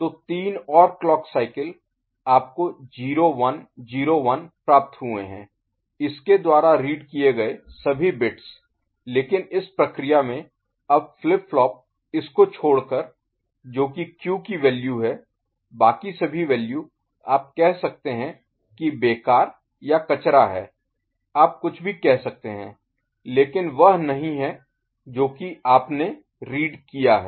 तो तीन और क्लॉक साइकिल आपको 0 1 0 1 प्राप्त हुए हैं इसके द्वारा रीड किये गए सभी बिट्स लेकिन इस प्रक्रिया में अब फ्लिप फ्लॉप इसको छोड़कर जो कि Q की वैल्यू है बाकी सभी वैल्यू आप कह सकते हैं कि बेकार या कचरा है आप कुछ भी कह सकते हैं लेकिन वह नहीं है जो कि आपने रीड किया है